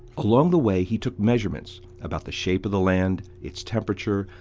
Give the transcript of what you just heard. along the way, he took measurements about the shape of the land, its temperature,